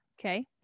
Okay